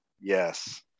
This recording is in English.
yes